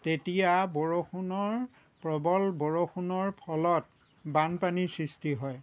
তেতিয়া বৰষুণৰ প্ৰবল বৰষুণৰ ফলত বানপানীৰ সৃষ্টি হয়